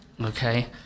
okay